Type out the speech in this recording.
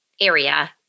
area